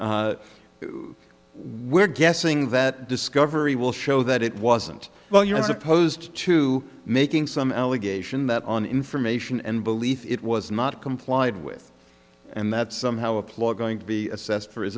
situation we're guessing that discovery will show that it wasn't well you know as opposed to making some allegation that on information and belief it was not complied with and that somehow a ploy going to be assessed for is